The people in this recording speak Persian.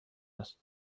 است